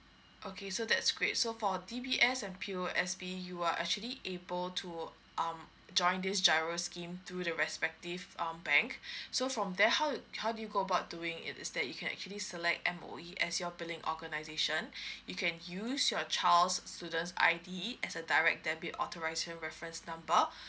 okay so that's great so for D_B_S and P_O_S_B you are actually able to um join this giro scheme through the respective um bank so from there how how do you go about doing it is that you can actually select M_O_E as your billing organisation you can use your child's students I_D as a direct debit authorization reference number